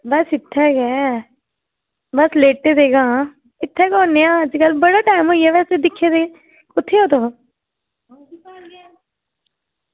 बस इत्थें गै बस लेटे दे आं इत्थें गै होन्ने आं अज्जकल बड़ा टैम होई गेदा तुगी दिक्खे दे कुत्थें आं तूं